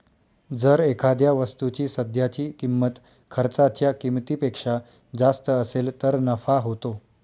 जर एखाद्या वस्तूची सध्याची किंमत खर्चाच्या किमतीपेक्षा जास्त असेल तर नफा होतो